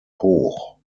hoch